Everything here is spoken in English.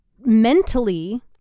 mentally